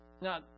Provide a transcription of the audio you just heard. Now